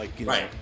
Right